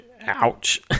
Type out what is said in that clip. Ouch